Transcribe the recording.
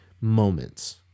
moments